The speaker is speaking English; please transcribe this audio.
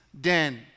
den